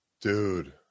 Dude